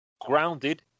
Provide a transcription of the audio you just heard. Grounded